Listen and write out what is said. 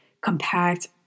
compact